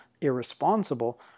irresponsible